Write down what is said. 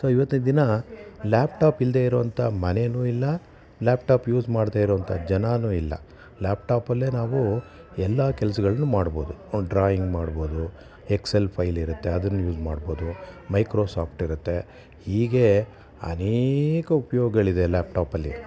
so ಇವತ್ತಿನ ದಿನ laptop ಇಲ್ಲದೇ ಇರುವಂಥ ಮನೆಯೂ ಇಲ್ಲ ಲ್ಯಾಪ್ ಟಾಪ್ ಯೂಸ್ ಮಾಡದೇ ಇರುವಂಥ ಜನರೂ ಇಲ್ಲ ಲ್ಯಾಪ್ ಟಾಪಲ್ಲೆ ನಾವು ಎಲ್ಲ ಕೆಲಸಗಳನ್ನೂ ಮಾಡ್ಬೊದು ಡ್ರಾಯಿಂಗ್ ಮಾಡ್ಬೋದು ಎಕ್ಸ್ ಎಲ್ ಫೈಲ್ ಇರುತ್ತೆ ಅದನ್ನು ಯೂಸ್ ಮಾಡ್ಬೋದು ಮೈಕ್ರೋಸಾಫ್ಟ್ ಇರುತ್ತೆ ಹೀಗೇ ಅನೇಕ ಉಪಯೋಗಗಳಿದೆ ಲ್ಯಾಪ್ ಟಾಪಲ್ಲಿ